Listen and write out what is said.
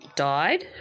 died